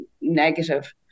negative